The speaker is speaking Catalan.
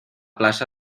plaça